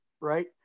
right